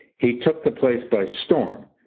he took the place by storm.